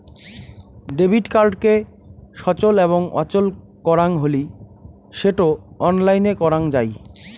debit কার্ডকে সচল এবং অচল করাং হলি সেটো অনলাইনে করাং যাই